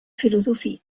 philosophie